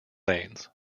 lanes